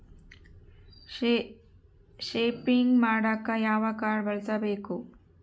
Shopping ಮಾಡಾಕ ಯಾವ card ಬಳಸಬೇಕು?